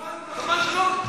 ראש השב"כ שלך אמר,